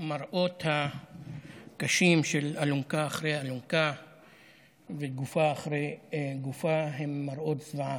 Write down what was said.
המראות הקשים של אלונקה אחרי אלונקה וגופה אחרי גופה הם מראות זוועה.